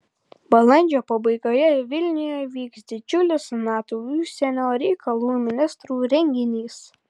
balandžio pabaigoje vilniuje vyks didžiulis nato užsienio reikalų ministrų renginys